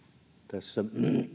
tässä